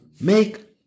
make